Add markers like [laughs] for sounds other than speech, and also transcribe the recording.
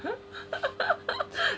[laughs]